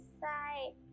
side